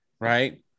right